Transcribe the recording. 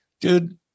dude